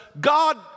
God